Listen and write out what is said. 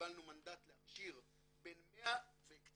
קיבלנו מנדט להכשיר 100 וקצת,